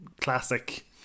classic